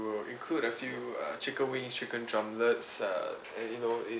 include a few err chicken wings chicken drumlets uh you know